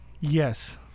Yes